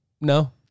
No